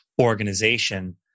organization